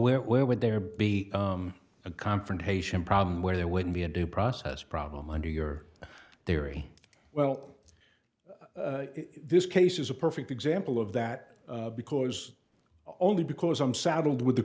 where where would there be a confrontation problem where there wouldn't be a due process problem under your there e well this case is a perfect example of that because only because i'm saddled with the